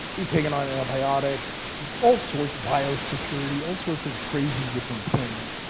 we've taken on antibiotics, all sorts biosecurity all sorts of crazy, different things.